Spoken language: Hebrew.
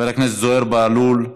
חבר הכנסת זוהיר בהלול,